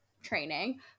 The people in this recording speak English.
training